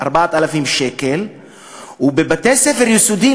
בבתי-ספר יסודיים,